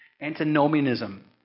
Antinomianism